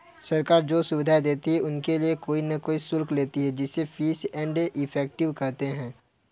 सरकार जो सुविधाएं देती है उनके लिए कोई न कोई शुल्क लेती है जिसे फीस एंड इफेक्टिव कहते हैं